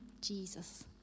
Jesus